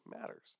matters